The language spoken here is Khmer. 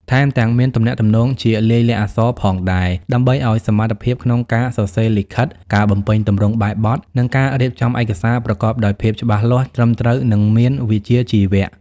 ថែមទាំងមាន ទំនាក់ទំនងជាលាយលក្ខណ៍អក្សរផងដែរ ដើម្បីអោយសមត្ថភាពក្នុងការសរសេរលិខិត ការបំពេញទម្រង់បែបបទ និងការរៀបចំឯកសារប្រកបដោយភាពច្បាស់លាស់ ត្រឹមត្រូវ និងមានវិជ្ជាជីវៈ។